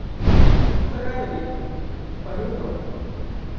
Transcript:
ᱩᱛᱩᱼᱫᱟᱠᱟᱭ ᱞᱟᱹᱜᱤᱫ ᱯᱟᱹᱦᱤᱞ ᱫᱚ